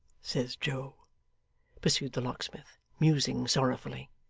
says joe pursued the locksmith, musing sorrowfully,